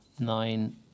nine